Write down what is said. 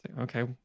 Okay